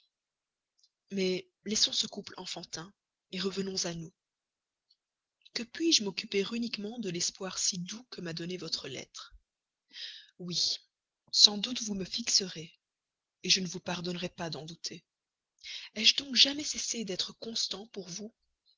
mais laissons ce couple enfantin revenons à nous que je puisse m'occuper uniquement de l'espoir si doux que m'a donné votre lettre oui sans doute vous me fixerez je ne vous pardonnerais pas d'en douter ai-je donc jamais cessé d'être constant pour vous